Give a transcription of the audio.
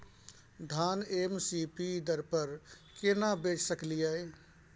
धान M S P दर पर केना बेच सकलियै?